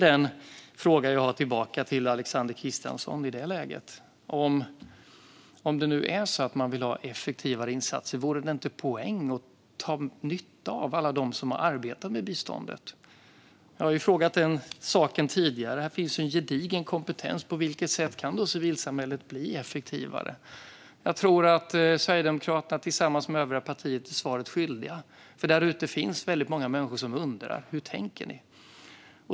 Den fråga jag har tillbaka till Alexander Christiansson i detta läge är: Om man nu vill ha effektivare insatser, vore det inte en poäng att dra nytta av alla dem som har arbetat med biståndet? Jag har frågat om den saken tidigare. Här finns en gedigen kompetens. På vilket sätt kan civilsamhället bli effektivare? Jag tror att Sverigedemokraterna tillsammans med övriga partier blir svaret skyldiga. Där ute finns väldigt många människor som undrar hur ni tänker.